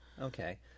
Okay